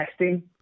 texting